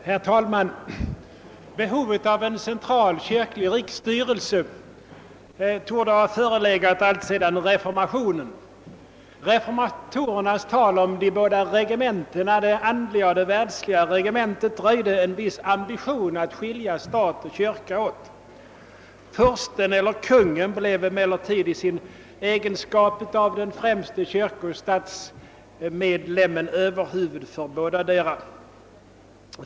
Herr talman! Behovet av en central kyrklig riksstyrelse torde ha förelegat alltsedan reformationen. Reformatorernas tal om de båda regementena, det andliga och det världsliga regementet, röjde en viss ambition att skilja stat och kyrka åt. Fursten eller kungen blev emellertid i egenskap av den främste kyrkooch statsmedlemmen överhuvud för bådadera.